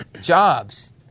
jobs